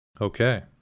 Okay